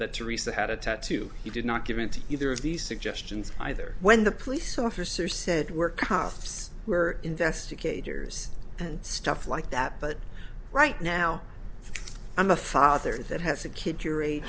that teresa had a tattoo he did not give in to either of these suggestions either when the police officer said where cops were investigators and stuff like that but right now i'm a father that has a kid your age